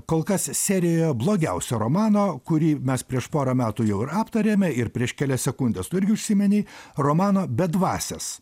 kol kas serijoe blogiausio romano kurį mes prieš porą metų jau ir aptarėme ir prieš kelias sekundes tu irgi užsiminei romano bedvasis